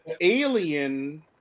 alien